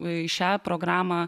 į šią programą